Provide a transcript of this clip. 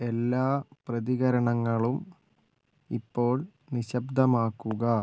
എല്ലാ പ്രതികരണങ്ങളും ഇപ്പോൾ നിശബ്ദമാക്കുക